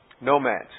nomads